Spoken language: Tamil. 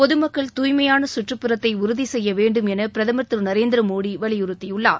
பொதுமக்கள் தூய்மையான கற்றுப் புறத்தை உறுதி செய்ய வேண்டும் என பிரதமர் திரு நரேந்திரமோடி வலியுறுத்தியுள்ளார்